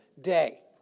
day